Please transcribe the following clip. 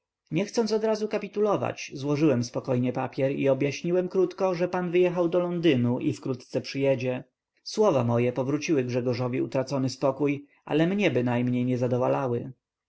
wszystkiem trzymać niechcąc odrazu kapitulować złożyłem spokojnie papier i objaśniłem krótko że pan wyjechał do londynu i wkrótce przyjedzie słowa moje powróciły grzegorzowi utracony spokój ale mnie bynajmniej nie